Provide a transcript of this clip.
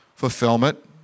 Fulfillment